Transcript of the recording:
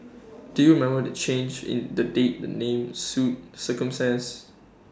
do remember to change in the date and name suit circumstances